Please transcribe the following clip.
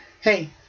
Hey